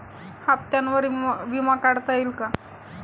हप्त्यांवर विमा काढता येईल का?